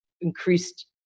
increased